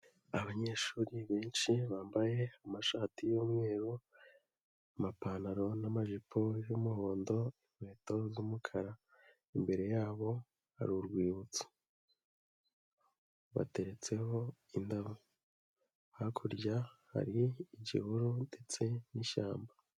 Abanyeshuri benshi bambaye amashati y'umweru, amapantaro n'amajipo y'umuhondo, inkweto z'umukara; imbere yabo hari urwibutso bateretseho indabo, hakurya hari igihuru ndetse n'ishyamba.